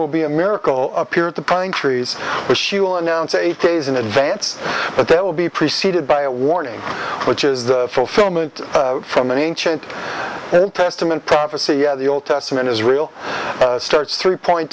will be a miracle appear at the pine trees which she will announce eight days in advance but they will be preceded by a warning which is the fulfillment from an ancient testament prophecy of the old testament israel starts three point